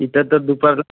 इथं तर दुपारला